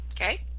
Okay